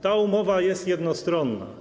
Ta umowa jest jednostronna.